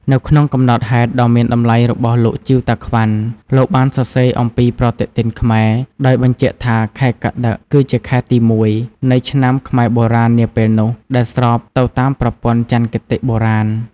នៅក្នុងកំណត់ហេតុដ៏មានតម្លៃរបស់លោក ជីវ តាក្វាន់ លោកបានសរសេរអំពីប្រតិទិនខ្មែរ ដោយបញ្ជាក់ថា ខែកត្តិក គឺជាខែទី ១ នៃឆ្នាំខ្មែរបុរាណនាពេលនោះ ដែលស្របទៅតាមប្រព័ន្ធចន្ទគតិបុរាណ។